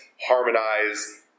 harmonize